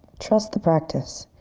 trust the practice.